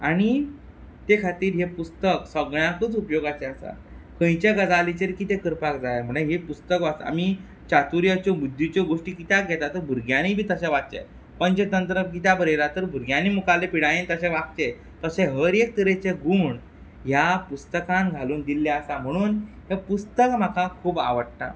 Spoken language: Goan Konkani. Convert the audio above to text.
आनी ते खातीर हें पुस्तक सगळ्यांकूच उपयोगाचें आसा खंयच्या गजालीचेर कितें करपाक जाय म्हणल्यार हें पुस्तक आमी चातुर्याच्यो बुध्दीच्यो कित्याक घेतात तर भुरग्यांनीय बी तशें वाचचें पंचतंत्र कित्याक बरयला तर भुरग्यांनी मुखावेले पिरायेन तशें वागचें तशे हर एक तरेचे गूण ह्या पुस्तकांत घालून दिल्ले आसा म्हणून हें पुस्तक म्हाका खूब आवडटा